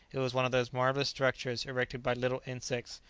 it was one of those marvellous structures erected by little insects,